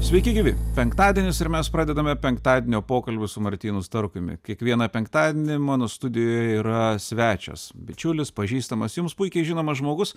sveiki gyvi penktadienis ir mes pradedame penktadienio pokalbius su martynu starkumi kiekvieną penktadienį mano studijoje yra svečias bičiulis pažįstamas jums puikiai žinomas žmogus